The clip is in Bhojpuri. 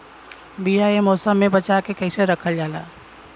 बीया ए मौसम में बचा के कइसे रखल जा?